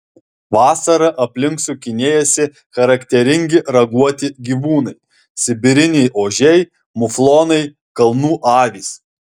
vasarą aplink sukinėjasi charakteringi raguoti gyvūnai sibiriniai ožiai muflonai kalnų avys